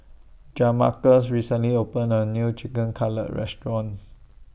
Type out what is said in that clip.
Jamarcus recently opened A New Chicken Cutlet Restaurant